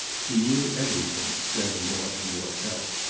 he knew everything, strether more and more felt,